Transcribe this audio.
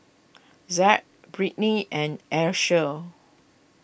Zaid Britney and Alycia